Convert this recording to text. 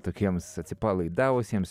tokiems atsipalaidavusiems